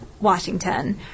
Washington